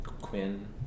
Quinn